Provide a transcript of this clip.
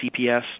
cps